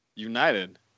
united